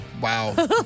Wow